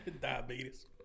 Diabetes